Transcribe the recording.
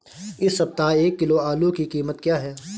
इस सप्ताह एक किलो आलू की कीमत क्या है?